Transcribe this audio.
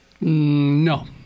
No